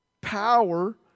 power